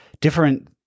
different